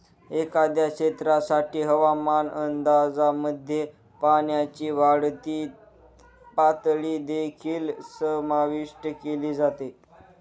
एखाद्या क्षेत्रासाठी हवामान अंदाजामध्ये पाण्याची वाढती पातळी देखील समाविष्ट केली जाते